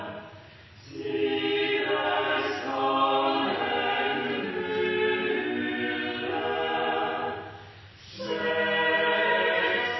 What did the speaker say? sier